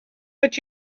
but